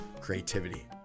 creativity